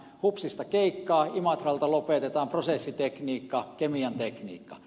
hupsista keikkaa imatralta lopetetaan prosessitekniikka kemiantekniikka